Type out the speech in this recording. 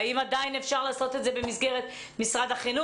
האם עדיין אפשר לעשות את זה במסגרת משרד החינוך?